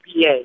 PA